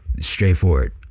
straightforward